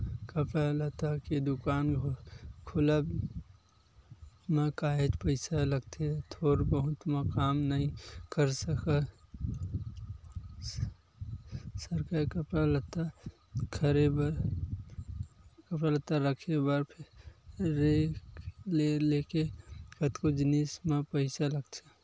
कपड़ा लत्ता के दुकान खोलब म काहेच पइसा लगथे थोर बहुत म काम नइ सरकय कपड़ा लत्ता रखे बर रेक ले लेके कतको जिनिस म पइसा लगथे